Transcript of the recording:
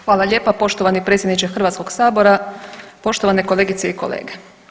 Hvala lijepa poštovani predsjedniče Hrvatskoga sabora, poštovane kolegice i kolege.